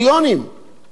פתאום מצאו תקציב?